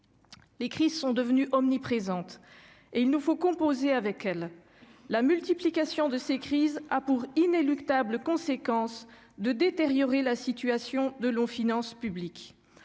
Les crises sont devenues omniprésentes. Il nous faut composer avec elles. Leur multiplication a pour inéluctable conséquence de détériorer la situation de nos finances publiques.